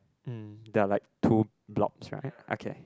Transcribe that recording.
mm they're like two blobs right okay